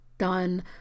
done